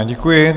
Děkuji.